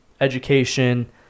education